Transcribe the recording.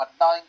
nine